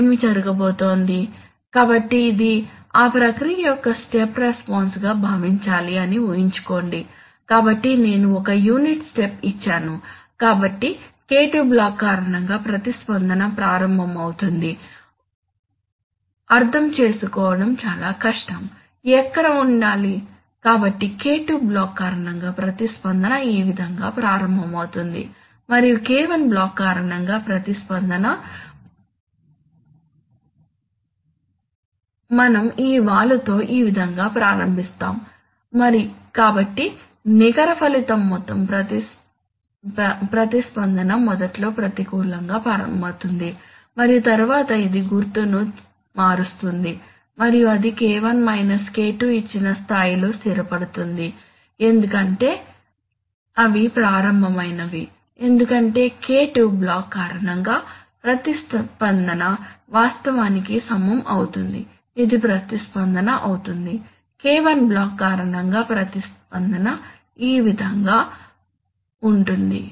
ఏమి జరగబోతోంది కాబట్టి ఇది ఆ ప్రక్రియ యొక్క స్టెప్ రెస్పాన్స్ గా భావించాలి అని ఊహించుకోండి కాబట్టి నేను ఒక యూనిట్ స్టెప్ ఇచ్చాను కాబట్టి K2 బ్లాక్ కారణంగా ప్రతిస్పందన ప్రారంభమవుతుంది అర్థం చేసుకోవడం చాలా కష్టం ఎక్కడ ఉంచాలి కాబట్టి K2 బ్లాక్ కారణంగా ప్రతిస్పందన ఈ విధంగా ప్రారంభమవుతుంది మరియు K1 బ్లాక్ కారణంగా ప్రతిస్పందన మనం ఈ వాలుతో ఈ విధంగా ప్రారంభిస్తాము కాబట్టి నికర ఫలితం మొత్తం ప్రతిస్పందన మొదట్లో ప్రతికూలంగా ప్రారంభమవుతుంది మరియు తరువాత అది గుర్తును మారుస్తుంది మరియు అది K1 K2 ఇచ్చిన స్థాయిలో స్థిరపడుతుంది ఎందుకంటే అవి ప్రారంభమైనవి ఎందుకంటే K2 బ్లాక్ కారణంగా ప్రతిస్పందన వాస్తవానికి సమం అవుతుంది ఇది ప్రతిస్పందన అవుతుంది K1 బ్లాక్ కారణంగా ప్రతిస్పందన ఈ విధంగా ఉంటుంది